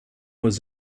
was